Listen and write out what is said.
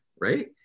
right